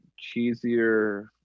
cheesier